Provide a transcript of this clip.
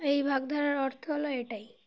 এই বাগধারার অর্থ হলো এটাই